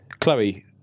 Chloe